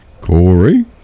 Corey